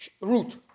root